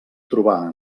trobar